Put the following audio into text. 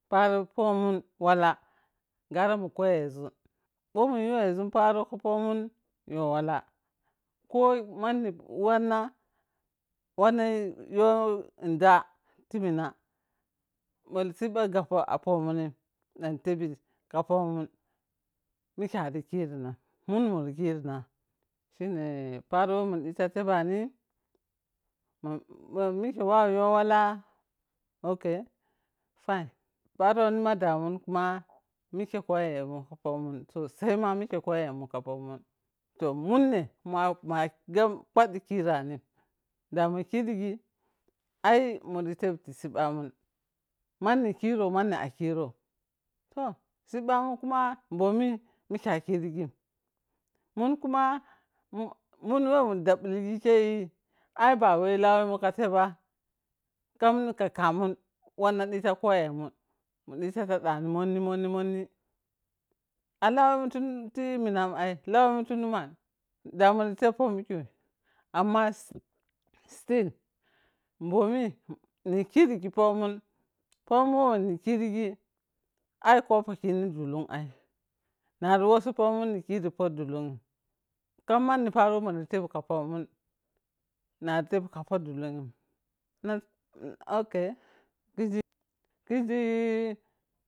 Paro pomun wala gara mukoyeȝun bho muyuweȝun paro ka pomun yawala ko manni wanna, wanna yo nda ti mina ma sibba gappo a pomunim ɗan tebi ka pomun mike arikiri nan mun muri kirina shine paro whe mun ɗiti tebani ma mamike wa yowala ok gine, paroni ma damun kuma mike koyemun ka pomun sosai ma mike koyemun ka pomun toh, munne ma kwaɗɗi kiranin da mukirigi ai mun da tepti sibbamun manni kirou manni a kiron toh, sibbamun kuma bomi mike a kirigin mun kuma mun mun dhe kun dabbligi kei ai ba wai lawenmun ka teiba, kam ni kakkamun wanna dhita kolemun mudita tadani monni-monni alawe mun ti minan ai, lawemun ti numan da muri teppo mikeu amma still bomi ni kirigi pomun, pomun whe nikirigi ai kopo kini dulungai. Nari wassi pomun ni kiri po dulung kammanni poro whe muri tebi ka pomuu nari tebi ka po dulung ok, kiȝi-kiȝi